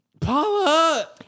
Paula